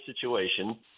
situation